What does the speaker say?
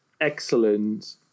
excellent